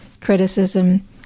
criticism